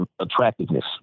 attractiveness